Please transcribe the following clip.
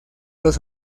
los